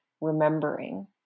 remembering